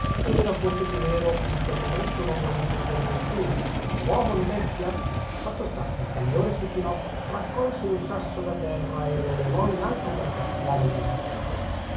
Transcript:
od era forse più vero che in quel momento non volesse veder nessuno nè uomo nè bestia fatto sta che il priore si chinò raccolse un sasso da terra e lo levò in alto per castigare l'insolente